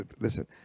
Listen